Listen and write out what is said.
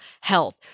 health